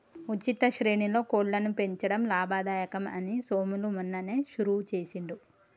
ఉచిత శ్రేణిలో కోళ్లను పెంచడం లాభదాయకం అని సోములు మొన్ననే షురువు చేసిండు